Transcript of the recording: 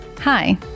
Hi